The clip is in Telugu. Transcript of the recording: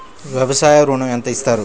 వ్యవసాయ ఋణం ఎంత ఇస్తారు?